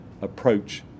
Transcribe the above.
approach